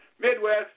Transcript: Midwest